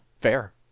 fair